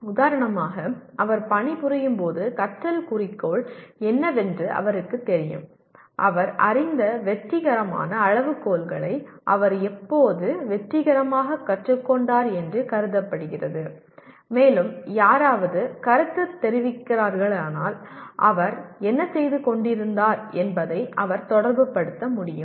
உதாரணமாக அவர் பணிபுரியும் போது கற்றல் குறிக்கோள் என்னவென்று அவருக்குத் தெரியும் அவர் அறிந்த வெற்றிகரமான அளவுகோல்களை அவர் எப்போது வெற்றிகரமாக கற்றுக் கொண்டார் என்று கருதப்படுகிறது மேலும் யாராவது கருத்துத் தெரிவிக்கிறார்களானால் அவர் என்ன செய்து கொண்டிருந்தார் என்பதை அவர் தொடர்புபடுத்த முடியும்